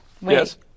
Yes